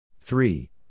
Three